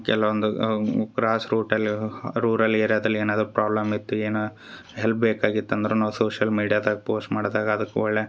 ಕೆಲವೊಂದು cross route ಅಲ್ಲಿ ಅವ್ರ ಊರಲ್ಲಿ ಏರ್ಯಾದಲ್ಲಿ ಏನಾದರು ಪ್ರಾಬ್ಲಮ್ ಇತ್ತು ಏನಾ ಹೆಲ್ಪ್ ಬೇಕಾಗಿತ್ತು ಅಂದ್ರೆ ನಾವು ಸೋಶಿಯಲ್ ಮೀಡಿಯಾದಾಗ ಪೋಸ್ಟ್ ಮಾಡದಾಗ ಅದಕ್ಕೆ ಒಳ್ಳೆಯ